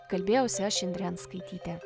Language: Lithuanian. kalbėjausi aš indrė anskaitytė